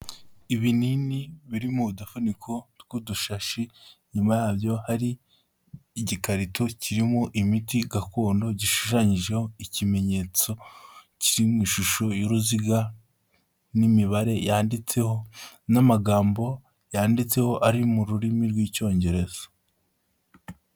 Ibinini biri mu dufuniko tw'udushashi; inyuma yabyo hari igikarito kirimo imiti gakondo, gishushanyijeho ikimenyetso kiri mu ishusho y'uruziga n'imibare yanditseho n'amagambo yanditseho, ari mu rurimi rw'Icyongereza.